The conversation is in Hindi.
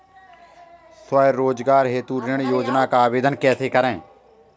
स्वरोजगार हेतु ऋण योजना का आवेदन कैसे करें?